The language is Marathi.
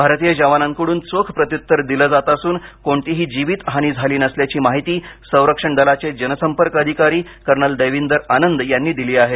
भारतीय जवानांकडून चोख प्रत्युत्तर दिलं जात असून कोणतीही जीवित हानी झाली नसल्याची माहिती संरक्षण दलाचे जनसंपर्क अधिकारी कर्नल देविंदर आनंद यांनी दिली आहे